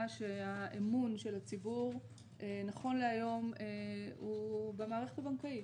שהאמון של הציבור נכון להיום הוא במערכת הבנקאית,